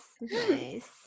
nice